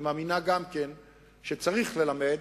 והיא מאמינה גם כן שצריך ללמד.